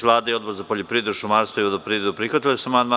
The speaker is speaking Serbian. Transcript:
Vlada i Odbor za poljoprivredu, šumarstvo i vodoprivredu prihvatili su amandman.